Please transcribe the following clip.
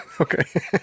Okay